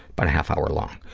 but a half hour long.